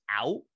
out